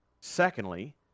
Secondly